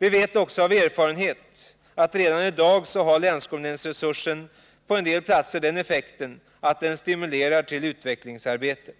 Vi vet vidare av erfarenhet att länsskolnämndsresursen på en del platser redan i dag har den effekten att den stimulerar till utvecklingsarbete.